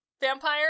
vampire